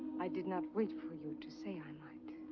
i did not wait for you to say i might.